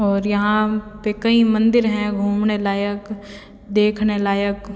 और यहाँ पर कई मंदिर हैं घूमने लायक देखने लायक